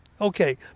Okay